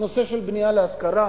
הנושא של בנייה להשכרה.